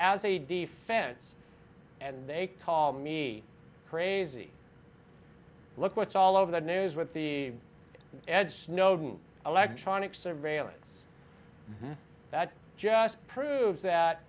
as a defense and they call me crazy look what's all over the news with the ed snowden electronic surveillance that just proves that